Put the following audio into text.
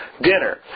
dinner